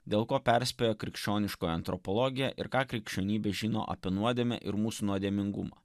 dėl ko perspėjo krikščioniškoji antropologija ir ką krikščionybė žino apie nuodėmę ir mūsų nuodėmingumą